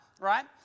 right